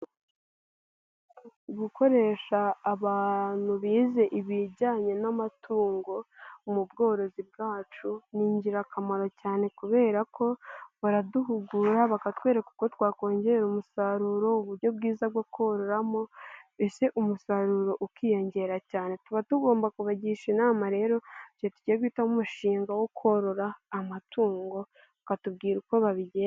Gukoresha abantu bize ibijyanye n'amatungo mu bworozi bwacu. Ni ingirakamaro cyane kubera ko baraduhugura, bakatwereka uko twakongerare umusaruro, uburyo bwiza bwo kororamo. Mbese umusaruro ukiyongera cyane. Tuba tugomba kubagisha inama rero iyo tugiye guhitamo umushinga wo korora amatungo bakatubwira uko babigenza.